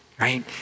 right